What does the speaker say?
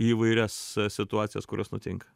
įvairias situacijas kurios nutinka